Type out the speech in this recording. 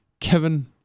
Kevin